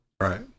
Right